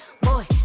Boy